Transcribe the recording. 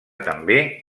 també